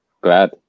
Glad